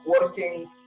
working